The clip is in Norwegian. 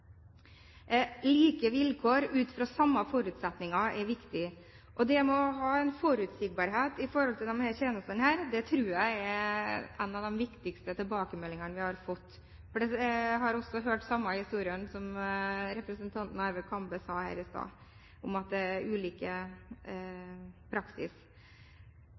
Like vilkår ut fra samme forutsetninger er viktig, og det med å ha en forutsigbarhet når det gjelder disse tjenestene, tror jeg er en av de viktigste tilbakemeldingene vi har fått. Jeg har også hørt de samme historiene som representanten Arve Kambe refererte til her i stad, om at det er ulik praksis.